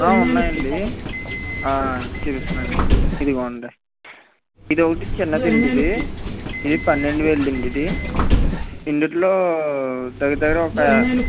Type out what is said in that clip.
ఉన్నాయండీ చూపిస్తానండీ ఇదిగో అండి ఇది ఒకటి చిన్నది అండి ఇది ఇది పన్నెండు వేలది అండీ ఇది ఇందులో దగ్గర దగ్గర ఒక